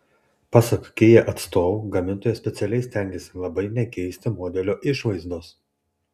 pasak kia atstovų gamintojas specialiai stengėsi labai nekeisti modelio išvaizdos